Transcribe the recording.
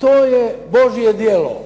to je Božje djelo